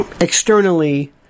externally